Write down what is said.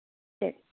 சரி